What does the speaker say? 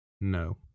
no